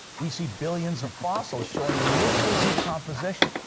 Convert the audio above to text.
we see billions of fossils showing little decomposition.